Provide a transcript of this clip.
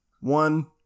one